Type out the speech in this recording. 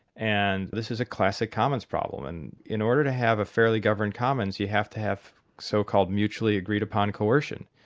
and this is a classic commons problem, and in order to have a fairly governed commons you have to have so-called mutually agreed upon coercion.